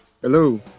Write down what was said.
Hello